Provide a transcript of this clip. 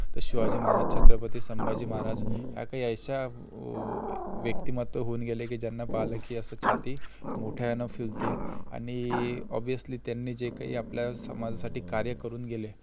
तर शिवाजी महाराज छत्रपती संभाजी महाराज या काही ऐसा व व्यक्तिमत्व होऊन गेले की ज्यांना पाहिलं की असं छाती मोठ्यानं फुलते आणि ऑब्व्हियसली त्यांनी जे काही आपल्या समाजासाठी कार्य करून गेले